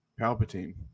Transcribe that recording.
palpatine